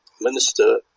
minister